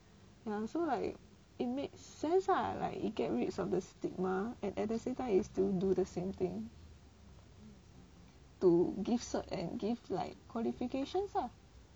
ya so like it made sense lah like you get rid of the stigma and at the same time is to do the same thing to give cert and give like qualifications lah